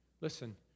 Listen